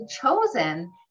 chosen